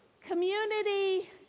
Community